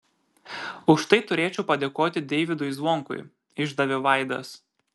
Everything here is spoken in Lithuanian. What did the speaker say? už tai turėčiau padėkoti deivydui zvonkui išdavė vaidas